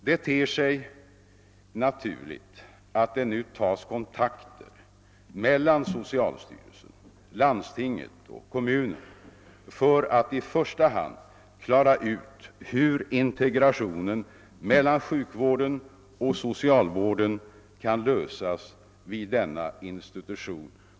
Det ter sig naturligt att kontakter nu tas mellan socialstyrelsen, landstinget och kommunen för att i första hand klara ut hur integrationen mellan sjukvården och socialvården kan ske vid denna institution.